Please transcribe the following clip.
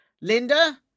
linda